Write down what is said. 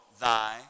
thy